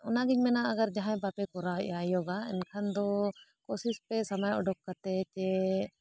ᱚᱱᱟᱜᱤᱧ ᱢᱮᱱᱟ ᱟᱜᱟᱨ ᱡᱟᱦᱟᱸᱭ ᱵᱟᱯᱮ ᱠᱚᱨᱟᱣ ᱮᱜᱼᱟ ᱭᱳᱜᱟ ᱮᱱᱠᱷᱟᱱ ᱫᱚ ᱠᱩᱥᱤᱥ ᱯᱮ ᱥᱚᱢᱚᱭ ᱚᱰᱚᱠ ᱠᱟᱛᱮᱫ ᱡᱮ